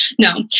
No